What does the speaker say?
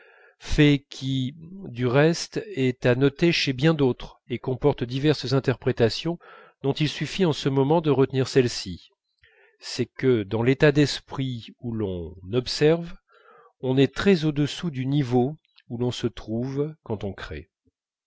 fait qui du reste est à noter chez bien d'autres et comporte diverses interprétations dont il suffit en ce moment de retenir celle-ci c'est que dans l'état d'esprit où l'on observe on est très au-dessous du niveau où l'on se trouve quand on crée